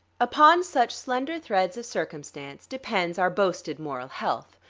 upon such slender threads of circumstance depends our boasted moral health.